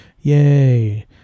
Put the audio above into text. yay